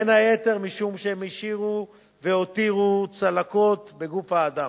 בין היתר משום שהם השאירו והותירו צלקות בגוף האדם.